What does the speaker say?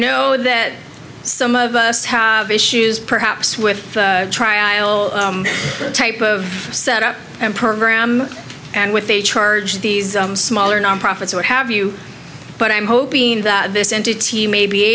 know that some of us have issues perhaps with a trial type of set up and program and what they charge these smaller nonprofits what have you but i'm hoping that this entity may be